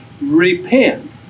repent